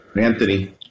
Anthony